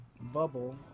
bubble